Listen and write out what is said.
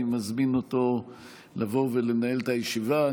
אני מזמין אותו לבוא ולנהל את הישיבה.